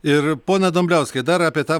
ir pone dumbliauskai dar apie tą